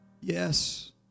yes